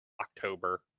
October